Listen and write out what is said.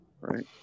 right